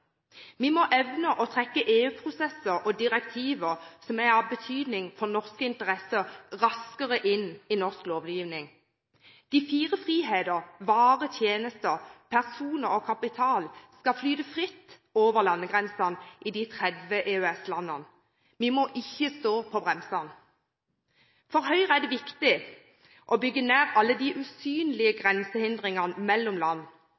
Vi må evne å trekke EU-prosesser og direktiver som er av betydning for norske interesser, raskere inn i norsk lovgivning. De fire friheter – varer, tjenester, personer og kapital – skal flyte fritt over landegrensene i de 30 EØS-landene. Vi må ikke stå på bremsene. For Høyre er det viktig å bygge ned alle de usynlige grensehindringene mellom land,